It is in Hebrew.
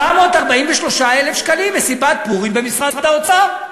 443,000 שקלים, מסיבת פורים במשרד האוצר.